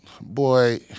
Boy